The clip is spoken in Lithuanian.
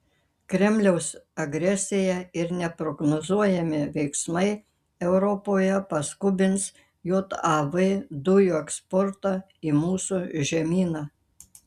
kremliaus agresija ir neprognozuojami veiksmai europoje paskubins jav dujų eksportą į mūsų žemyną